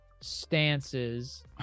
stances